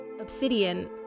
obsidian